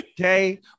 Okay